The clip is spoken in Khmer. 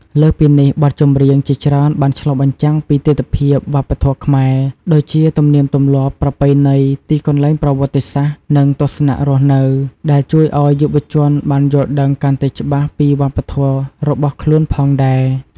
លើសពីនេះ បទចម្រៀងជាច្រើនបានឆ្លុះបញ្ចាំងពីទិដ្ឋភាពវប្បធម៌ខ្មែរ ដូចជាទំនៀមទម្លាប់ ប្រពៃណី ទីកន្លែងប្រវត្តិសាស្ត្រ និងទស្សនៈរស់នៅ ដែលជួយឲ្យយុវជនបានយល់ដឹងកាន់តែច្បាស់ពីវប្បធម៌របស់ខ្លួនផងដែរ ។